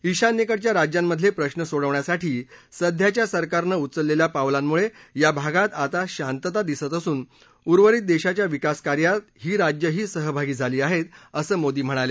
ईशान्येकडच्या राज्यांमधले प्रश्न सोडवण्यासाठी सध्याच्या सरकारनं उचललेल्या पावलांमुळे या भागात आता शांतता दिसत असून उर्वरित देशाच्या विकास कार्यात ही राज्यंही सहभागी झाली आहेत असं मोदी म्हणाले